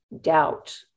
doubt